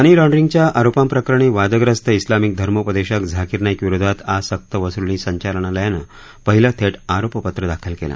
मनी लाँड्रिंगच्या आरोपांप्रकरणी वादग्रस्त उलामिक धर्मोपदेशक झाकीर नाईक विरोधात आज सक्तवसुली संचालनालयानं पहिलं थेट आरोपपत्र दाखल केलं